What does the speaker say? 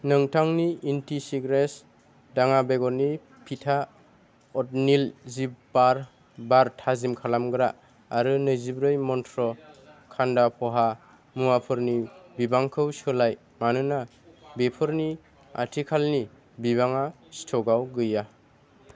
नोंथांनि इन्डिसिग्रेस दाङा बेगरनि फिथा अडनिल जिपबार बार थाजिम खालामग्रा आरो नैजिब्रै मन्त्रा' कान्दा पहा मुवाफोरनि बिबांखौ सोलाय मानोना बेफोरनि आथिखालनि बिबाङा स्टकआव गैया